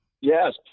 Yes